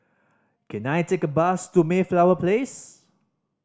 can I take a bus to Mayflower Place